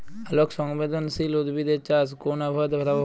আলোক সংবেদশীল উদ্ভিদ এর চাষ কোন আবহাওয়াতে লাভবান হয়?